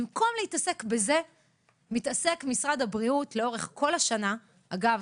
במקום להתעסק בזה מתעסק משרד הבריאות לאורך כל השנה אגב,